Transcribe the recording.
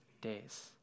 days